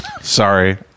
Sorry